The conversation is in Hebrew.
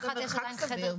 מרחק סביר,